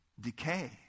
decay